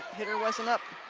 hitter wasn't up.